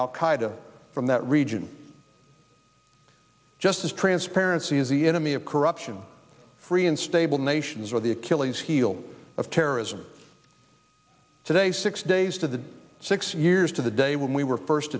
qaeda from that region just as transparency is the enemy of corruption free and stable nation the achilles heel of terrorism today six days to the six years to the day when we were first